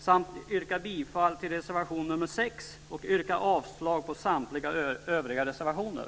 Jag yrkar bifall till reservation nr 6 och avslag på samtliga övriga reservationer.